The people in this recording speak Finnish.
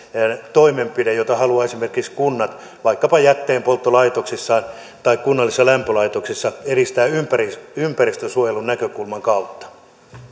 toimenpide jota kunnat haluavat vaikkapa jätteenpolttolaitoksissaan tai kunnallisissa lämpölaitoksissa edistää esimerkiksi ympäristönsuojelun näkökulman kautta